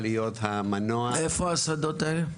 איפה השדות האלה?